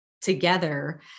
together